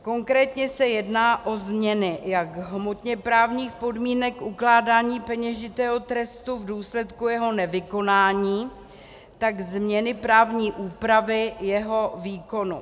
Konkrétně se jedná o změny jak hmotněprávních podmínek ukládání peněžitého trestu v důsledku jeho nevykonání, tak změny právní úpravy jeho výkonu.